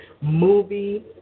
movie